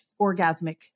orgasmic